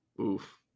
Oof